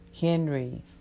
Henry